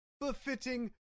befitting